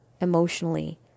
Emotionally